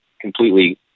completely